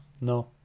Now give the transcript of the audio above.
No